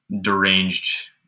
deranged